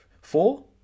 four